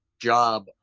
job